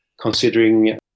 considering